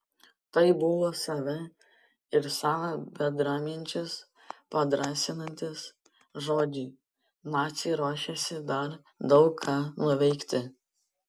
tai buvo save ir savo bendraminčius padrąsinantys žodžiai naciai ruošėsi dar daug ką nuveikti